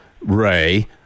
Ray